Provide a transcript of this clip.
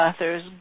authors